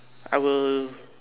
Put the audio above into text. I will